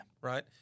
Right